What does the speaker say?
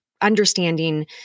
understanding